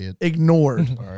ignored